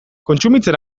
kontsumitzen